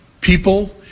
people